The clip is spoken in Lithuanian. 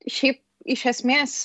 šiaip iš esmės